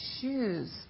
shoes